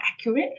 accurate